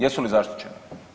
Jesu li zaštićene?